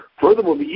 Furthermore